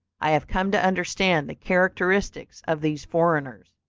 i have come to understand the characteristics of these foreigners.